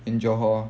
in johor